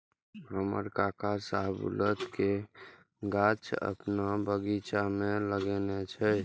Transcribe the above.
हमर काका शाहबलूत के गाछ अपन बगीचा मे लगेने छै